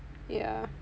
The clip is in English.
ya